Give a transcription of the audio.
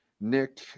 Nick